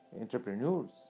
entrepreneurs